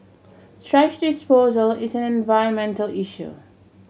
thrash disposal is an environmental issue